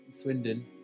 Swindon